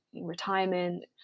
retirement